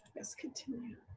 let's continue,